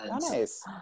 Nice